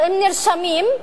הם נרשמים,